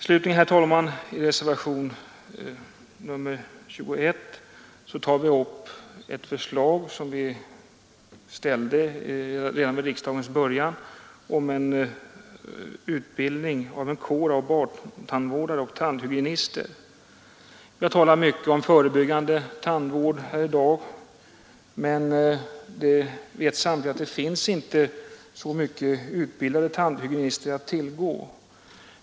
Slutligen, herr talman, upptas i reservationen XXI ett förslag som vi ställde redan vid riksdagens början om utbildning av en kår av barntandvårdare och tandhygienister. Vi har talat mycket om förebyggande tandvård här i dag, men vi vet samtliga att det inte finns särskilt många utbildade tandhygienister att tillgå.